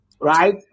right